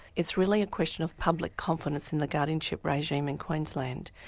it's really a question of public confidence in the guardianship regime in queensland,